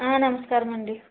ఆ నమస్కారము అండి